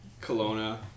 Kelowna